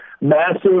massive